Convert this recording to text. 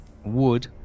wood